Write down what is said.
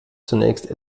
zunächst